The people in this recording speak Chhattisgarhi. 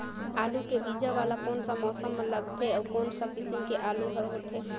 आलू के बीजा वाला कोन सा मौसम म लगथे अउ कोन सा किसम के आलू हर होथे?